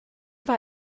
war